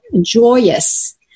joyous